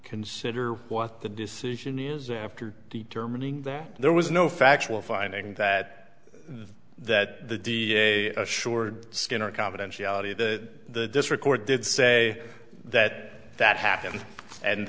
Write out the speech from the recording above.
consider what the decision is after determining that there was no factual finding that the that the da assured skinner confidentiality that this record did say that that happened and